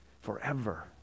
forever